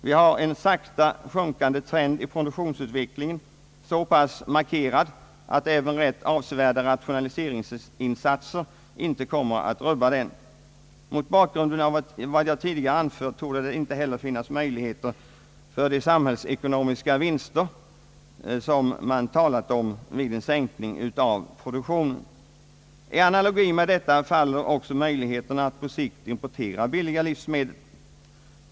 Vi har en sakta sjunkande trend i produktionsutvecklingen, så pass markerad att även rätt avsevärda = rationaliseringsinsatser inte kommer att rubba den. Mot bakgrunden av vad jag tidigare har anfört torde det inte heller finnas möjligheter till de samhällsekonomiska vinster som man har talat om vid en sänkning av produktionen. I analogi med detta faller också möjligheterna att på sikt importera billiga livsmedel.